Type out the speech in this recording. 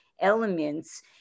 elements